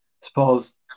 suppose